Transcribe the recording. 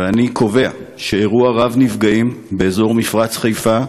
ואני קובע שאירוע רב-נפגעים באזור מפרץ חיפה,